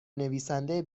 نویسنده